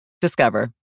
Discover